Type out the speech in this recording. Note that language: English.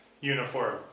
uniform